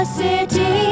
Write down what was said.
city